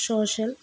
social